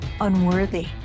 unworthy